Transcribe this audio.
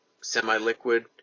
semi-liquid